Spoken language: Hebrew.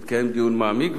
יתקיים דיון מעמיק,